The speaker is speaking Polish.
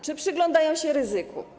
Czy przyglądają się ryzyku?